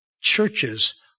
churches